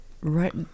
right